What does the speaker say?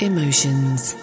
Emotions